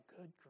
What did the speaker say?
good